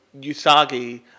Yusagi